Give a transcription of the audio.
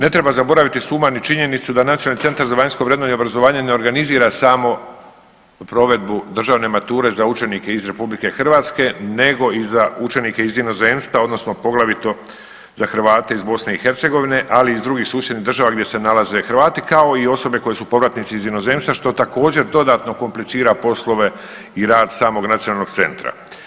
Ne treba zaboraviti sumarnu činjenicu da Nacionalni centar za vanjsko vrednovanje obrazovanja ne organizira samo provedbu državne mature za učenike iz RH nego i za učenike iz inozemstva odnosno poglavito za Hrvate iz BiH, ali i iz drugih susjednih država gdje se nalaze Hrvati, kao i osobe koji su povratnici iz inozemstva, što također dodatno komplicira poslove i rad samog nacionalnog centra.